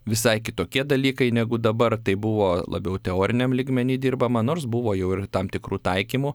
visai kitokie dalykai negu dabar tai buvo labiau teoriniam lygmeny dirbama nors buvo jau ir tam tikrų taikymų